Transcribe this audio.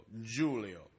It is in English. Julio